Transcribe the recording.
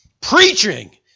Preaching